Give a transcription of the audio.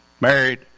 married